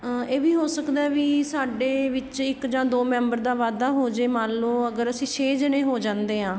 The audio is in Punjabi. ਇਹ ਵੀ ਹੋ ਸਕਦਾ ਵੀ ਸਾਡੇ ਵਿੱਚ ਇੱਕ ਜਾਂ ਦੋ ਮੈਂਬਰ ਦਾ ਵਾਧਾ ਹੋ ਜੇ ਮਨ ਲਉ ਅਗਰ ਅਸੀਂ ਛੇ ਜਾਣੇ ਹੋ ਜਾਂਦੇ ਹਾਂ